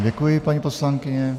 Děkuji vám, paní poslankyně.